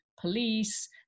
police